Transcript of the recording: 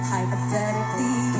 Hypothetically